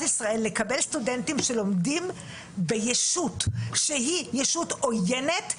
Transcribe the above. ישראל לקבל סטודנטים שלומדים ביישות שהיא יישות עויינת,